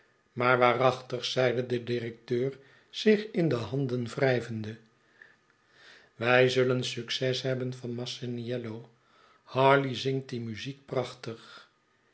maar waarachtig zeide de directeur zich in de handen wrijvende we zullen succes hebben van masaniello harleigh zingt die muziek prachtig